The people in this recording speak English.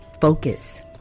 focus